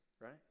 right